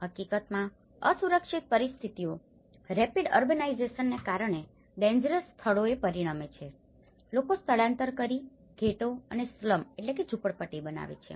હકીકતમાં અસુરક્ષિત પરિસ્થિતિઓ રેપીડ અર્બનાઈજેશન ને કારણે ડેન્જરસ સ્થળોએ પરિણમે છે લોકો સ્થળાંતર કરી ઘેટો અને સ્લમslumઝૂંપડપટ્ટી બનાવે છે